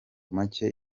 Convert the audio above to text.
make